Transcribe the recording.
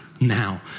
Now